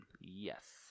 Yes